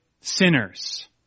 sinners